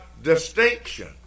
Distinction